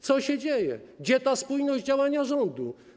Co się dzieje, gdzie spójność działania rządu?